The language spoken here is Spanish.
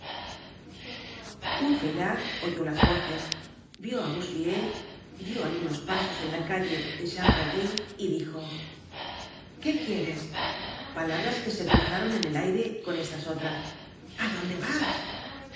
oyó las voces vió á bossuet dió algunos pasos en la calle de chanvrerie y dijo qué quieres palabras que se cruzaron en el aire con estas otras á dónde vas